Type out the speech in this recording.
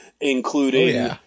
including